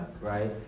right